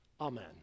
Amen